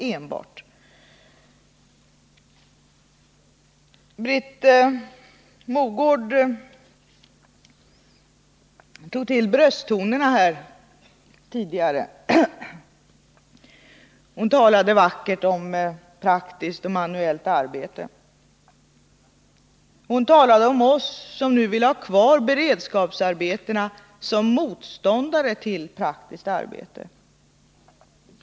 Britt Mogård tog till brösttonerna här tidigare. Hon talade vackert om praktiskt och manuellt arbete. Hon talade om oss, som nu vill ha kvar beredskapsarbetena, som motståndare till praktiskt arbete.